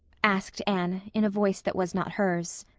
asked anne in a voice that was not hers.